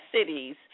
cities